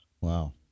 Wow